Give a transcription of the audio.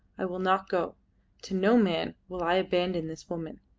i will not go to no man will i abandon this woman.